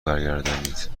برگردانید